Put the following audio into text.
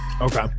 Okay